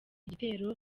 gitero